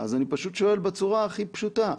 אני שואל בצורה הכי פשוטה: